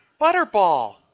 Butterball